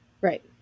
Right